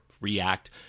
react